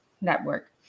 network